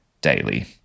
daily